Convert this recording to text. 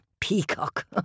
Peacock